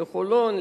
לחולון,